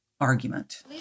argument